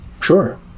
Sure